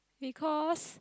because